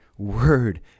word